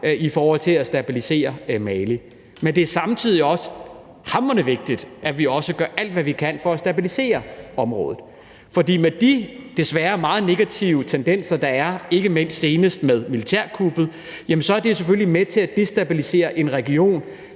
i forhold til at stabilisere Mali. Men det er samtidig også hamrende vigtigt, at vi gør alt, hvad vi kan, for at stabilisere området, da de desværre meget negative tendenser, der er, og ikke mindst det seneste militærkup er noget, der selvfølgelig er med til at destabilisere en region,